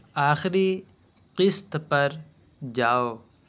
آخری قسط پر جاؤ